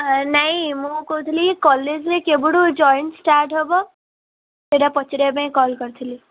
ନାଇଁ ମୁଁ କହୁଥିଲି କଲେଜ୍ରେ କେବେଠୁ ଜଏନ୍ ଷ୍ଟାର୍ଟ ହେବ ସେଇଟା ପଚାରିବା ପାଇଁ କଲ୍ କରିଥିଲି